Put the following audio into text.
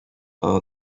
are